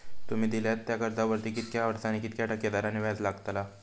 तुमि दिल्यात त्या कर्जावरती कितक्या वर्सानी कितक्या टक्के दराने व्याज लागतला?